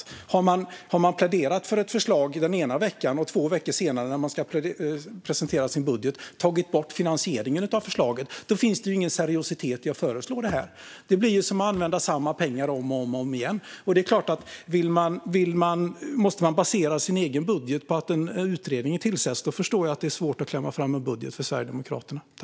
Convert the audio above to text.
Om man den ena veckan har pläderat för ett förslag och två veckor senare har tagit bort finansieringen av förslaget när man presenterar sin budget finns det ingen seriositet när man föreslår något sådant. Det blir som att använda samma pengar om och om igen. Om man måste basera sin budget på att en utredning tillsätts förstår jag att det är svårt för Sverigedemokraterna att klämma fram en budget.